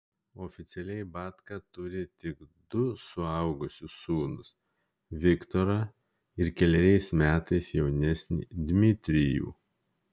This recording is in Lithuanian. oficialiai batka turi tik du suaugusius sūnus viktorą ir keleriais metais jaunesnį dmitrijų